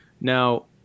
now